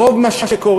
רוב מה שקורה,